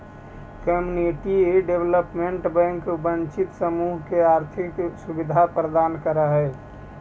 community development bank वंचित समूह के आर्थिक सुविधा प्रदान करऽ हइ